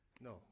No